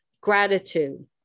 Gratitude